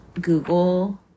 Google